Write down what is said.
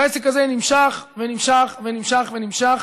והעסק הזה נמשך ונמשך ונמשך ונמשך